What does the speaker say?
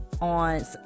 on